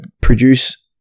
produce